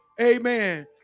Amen